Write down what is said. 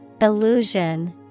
Illusion